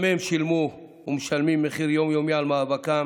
גם הם שילמו ומשלמים מחיר יום-יומי על מאבקם